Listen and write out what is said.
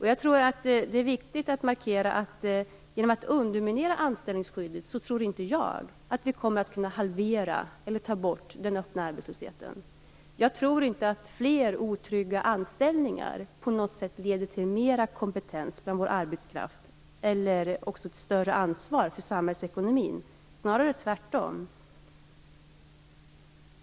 Jag tror att det är viktigt att markera att vi inte kommer att kunna halvera eller ta bort den öppna arbetslösheten genom att underminera anställningsskyddet. Jag tror inte att fler otrygga anställningar på något sätt leder till mer kompetens bland vår arbetskraft eller till ett större ansvar för samhällsekonomin, snarare tvärtom.